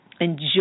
enjoy